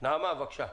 נעמה, בבקשה.